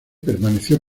permaneció